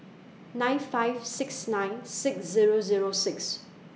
nine five six nine six Zero Zero six